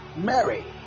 Mary